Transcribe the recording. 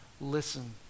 listen